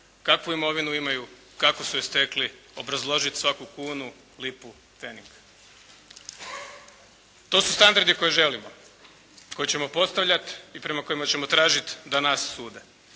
kakvu imovinu imaju, kako su je stekli, obrazložiti svaku kunu, lipu, pfening. To su standardi koje želimo, koje ćemo postavljati i prema kojima ćemo tražiti da nas sude.